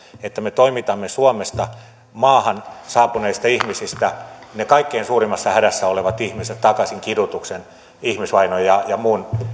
että me toimitamme suomesta maahan saapuneista ihmisistä ne kaikkein suurimmassa hädässä olevat ihmiset takaisin kidutuksen ihmisvainon ja ja muun